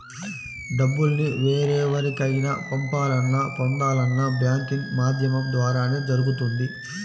డబ్బుల్ని వేరెవరికైనా పంపాలన్నా, పొందాలన్నా బ్యాంకింగ్ మాధ్యమం ద్వారానే జరుగుతుంది